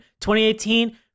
2018